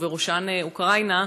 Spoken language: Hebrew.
ובראשן אוקראינה,